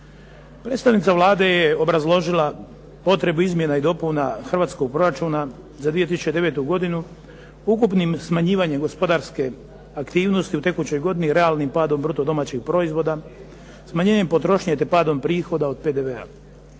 Predstavnica Vlade je obrazložila potrebu Izmjena i dopuna državnog proračuna za 2009. godinu ukupnim smanjivanjem gospodarske aktivnosti u tekućoj godini i realnim padom bruto domaćeg proizvoda, smanjenjem potrošnje te padom prihoda od PDV-a.